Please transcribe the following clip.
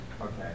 Okay